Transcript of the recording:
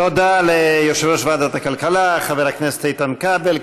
תודה ליושב-ראש ועדת הכלכלה, חבר הכנסת איתן כבל.